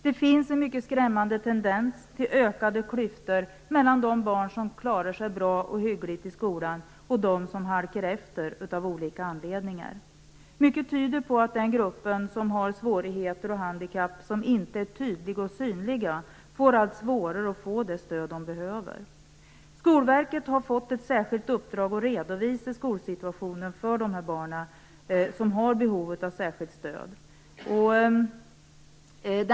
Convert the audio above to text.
Det finns en mycket skrämmande tendens till ökade klyftor mellan de barn som klarar sig bra eller hyggligt i skolan och dem som av olika anledningar halkar efter. Mycket tyder på att den grupp som har svårigheter och handikapp som inte är tydliga och synliga får det allt svårare när det gäller att få det stöd som behövs. Skolverket har fått ett särskilt uppdrag att redovisa skolsituationen för de barn som har behov av särskilt stöd.